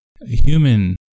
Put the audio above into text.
human